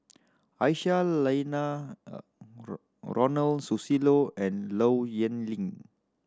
Aisyah Lyana Ronald Susilo and Low Yen Ling